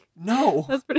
No